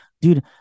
Dude